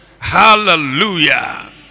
Hallelujah